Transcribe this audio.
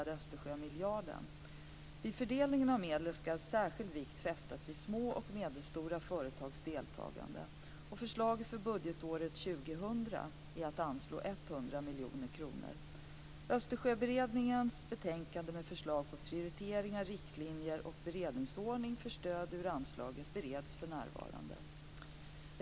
Östersjömiljarden. Vid fördelningen av medlen ska särskild vikt fästas vid små och medelstora företags deltagande. Förslaget för budgetåret 2000 är att anslå 100 miljoner kronor. Östersjöberedningens betänkande med förslag på prioriteringar, riktlinjer och beredningsordning för stöd ur anslaget bereds för närvarande.